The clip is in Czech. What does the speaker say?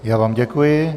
Já vám děkuji.